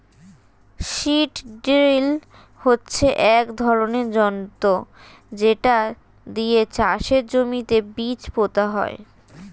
seed drill হচ্ছে এক ধরনের যন্ত্র যেটা দিয়ে চাষের জমিতে বীজ পোতা হয়